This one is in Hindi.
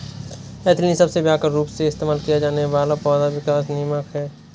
एथिलीन सबसे व्यापक रूप से इस्तेमाल किया जाने वाला पौधा विकास नियामक है